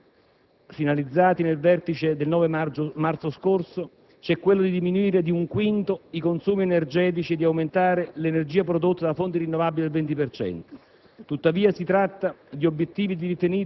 Tra gli obiettivi dell'Unione Europea, finalizzati nel Vertice del 9 marzo scorso, c'è quello di diminuire di un quinto i consumi energetici e di aumentare l'energia prodotta da fonti rinnovabili al 20